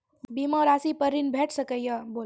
बीमा रासि पर ॠण भेट सकै ये?